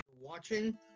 Watching